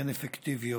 הן אפקטיביות.